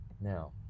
Now